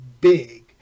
Big